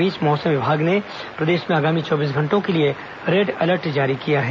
इस बीच मौसम विभाग ने प्रदेश में आगामी चौबीस घंटों के लिए रेड अलर्ट जारी किया है